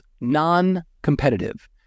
non-competitive